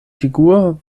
figur